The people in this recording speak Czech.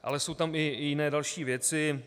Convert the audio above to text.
Ale jsou tam i jiné další věci.